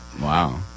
Wow